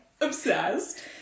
Obsessed